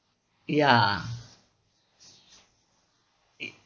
ya K